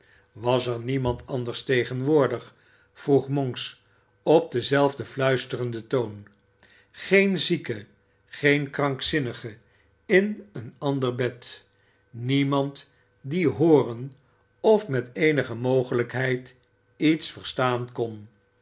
was er niemand anders tegenwoordig vroeg monks op denzelfden luisterenden toon geen zieke geen krankzinnige in een ander bed niemand die hooren of met eenige mogelijkheid iets verstaan kon